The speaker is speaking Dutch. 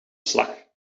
slag